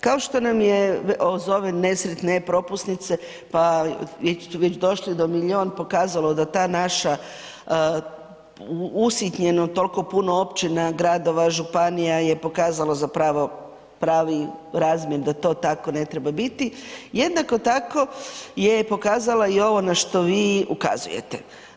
Kao što nam je uz ove e-propusnice pa smo već došli do milijun pokazalo da ta naša usitnjeno toliko puno općina, gradova, županija je pokazalo zapravo pravi razmjer da to tako ne treba bit jednako tako je pokazala i ovo na što vi ukazujete.